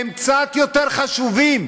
הם קצת יותר חשובים.